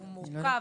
הוא מורכב.